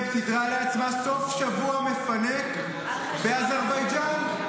סידרה לעצמה סופשבוע מפנק באזרבייג'ן.